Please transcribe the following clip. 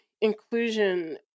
inclusion